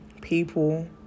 people